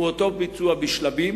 הוא אותו ביצוע בשלבים.